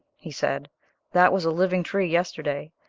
he said that was a living tree yesterday.